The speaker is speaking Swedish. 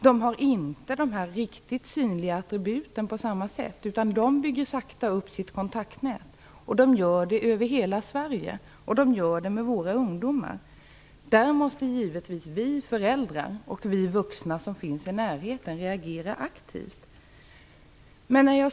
De har inte de riktigt synliga attributen på samma sätt, utan de bygger sakta upp sitt kontaktnät. Det gör de över hela Sverige, och det gör de med våra ungdomar. Där måste givetvis vi föräldrar och vi vuxna som finns i närheten reagera aktivt.